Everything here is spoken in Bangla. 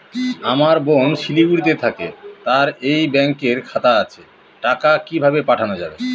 আমার বোন শিলিগুড়িতে থাকে তার এই ব্যঙকের খাতা আছে টাকা কি ভাবে পাঠানো যাবে?